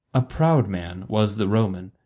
a proud man was the roman,